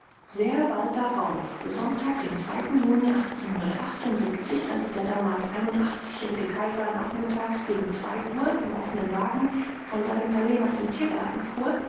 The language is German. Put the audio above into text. sehr bald darauf sonntag den juni als der damals jährige kaiser nachmittags gegen uhr im offenen wagen von seinem palais nach dem tiergarten fuhr